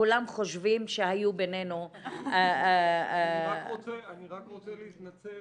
כולם חושבים שהיו בינינו --- אני רק רוצה להתנצל